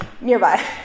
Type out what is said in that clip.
nearby